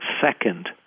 second